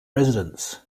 residents